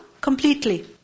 completely